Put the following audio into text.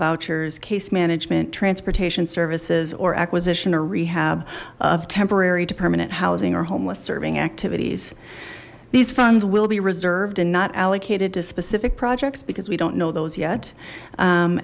vouchers case management transportation services or acquisition or rehab of temporary to permanent housing or homeless serving activities these funds will be reserved and not allocated to specific projects because we don't know those yet